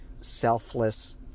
selfless